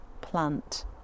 plant